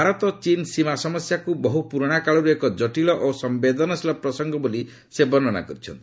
ଭାରତ ଚୀନ୍ ସୀମା ସମସ୍ୟାକୁ ବହୁ ପୁରୁଣାକାଳରୁ ଏକ ଜଟିଳ ଓ ସମ୍ବେଦନଶୀଳ ପ୍ରସଙ୍ଗ ବୋଲି ସେ ବର୍ଷ୍ଣନା କରିଛନ୍ତି